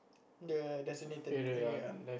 the the designated area ah